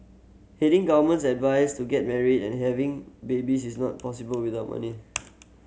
heeding government's advice to get married and having babies is not possible without money